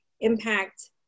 impact